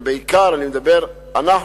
ובעיקר אני מדבר עלינו,